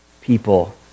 people